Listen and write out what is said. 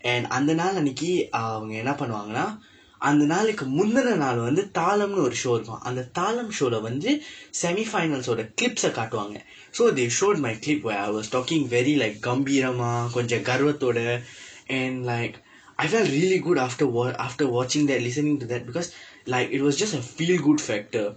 and அந்த நாள் அன்னைக்கு:andtha naal annaikku um என்ன பண்ணுவாங்கனா அந்த நாளைக்கு முந்துன நாளு வந்து தாளம்னு ஒரு:enna pannuvaangkanaa andtha naalaikku munthuna naalu vandthu thaalamnu oru show வைப்பான் அந்த தாளம்:vaippaan andtha thaalam show-lae வந்து:vandthu semi finals-ooda clips-ae காட்டுவாங்க:kaatduvaangka so they showed my clip where I was talking very like கம்பீரமா கொஞ்ச கருவத்தோட:kampiiramaa konjsa karuvaththooda and like I felt really good after wa~ after watching that listening to that because like it was just a feel good factor